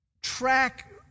track